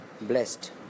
Blessed